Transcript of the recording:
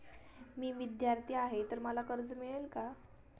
मी विद्यार्थी आहे तर मला कर्ज मिळेल का?